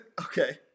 Okay